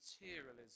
materialism